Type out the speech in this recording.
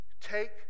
take